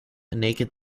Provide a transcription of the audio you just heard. naked